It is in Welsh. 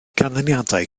ganlyniadau